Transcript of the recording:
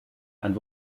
and